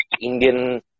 Indian